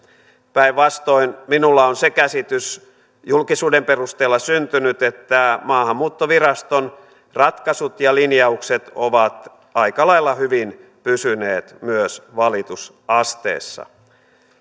päinvastoin minulla on se käsitys julkisuuden perusteella syntynyt että maahanmuuttoviraston ratkaisut ja linjaukset ovat aika lailla hyvin pysyneet myös valitusasteessa